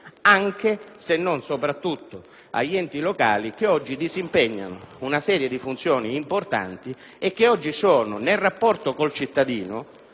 anche, se non soprattutto, agli enti locali, che oggi disimpegnano una serie di funzioni importanti e sono, nel rapporto con il cittadino,